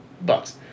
Bucks